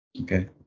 Okay